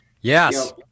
Yes